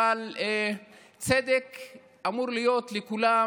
אבל צדק אמור להיות לכולם,